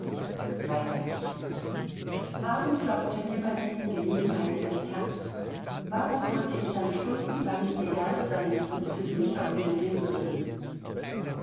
weiter nichts warum klopfte mir bei diesen gelegenheiten das herz warum konnte ich dann stundenlang die gebärde seines grußes nicht aus dem sinn bringen